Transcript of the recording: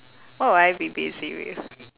what will I be busy with